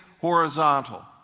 horizontal